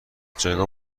جایگاه